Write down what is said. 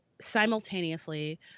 simultaneously